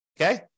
Okay